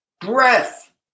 breath